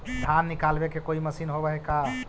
धान निकालबे के कोई मशीन होब है का?